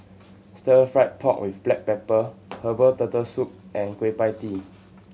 Stir Fried Pork With Black Pepper herbal Turtle Soup and Kueh Pie Tee